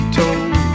told